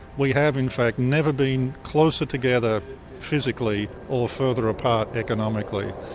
we have in fact never been closer together physically or further apart economically.